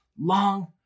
long